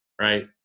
right